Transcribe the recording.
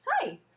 Hi